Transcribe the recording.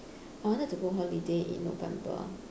I wanted to go holiday in november